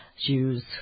Shoes